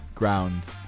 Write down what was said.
Ground